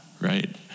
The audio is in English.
right